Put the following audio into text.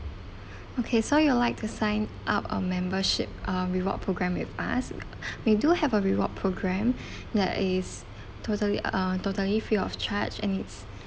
okay so you like the sign up a membership uh reward programme with us we do have a reward programme that is totally uh totally free of charge and it's